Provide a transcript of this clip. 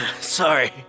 Sorry